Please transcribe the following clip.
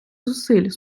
зусиль